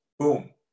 Boom